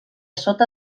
sota